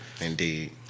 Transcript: Indeed